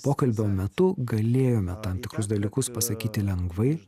pokalbio metu galėjome tam tikrus dalykus pasakyti lengvai